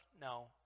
no